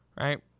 right